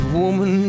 woman